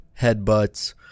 headbutts